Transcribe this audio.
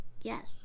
Yes